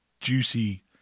juicy